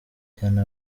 cyane